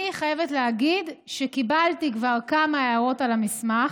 אני חייבת להגיד שקיבלתי כבר כמה הערות על המסמך.